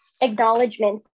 Acknowledgement